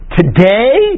today